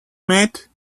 mate